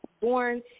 born –